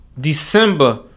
december